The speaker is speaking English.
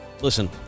Listen